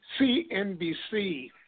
CNBC